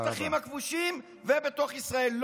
בשטחים הכבושים ובתוך ישראל.